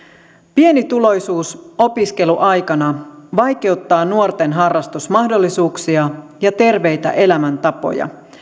pienituloisuus opiskeluaikana vaikeuttaa nuorten harrastusmahdollisuuksia ja terveitä elämäntapoja